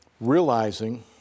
Realizing